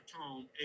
home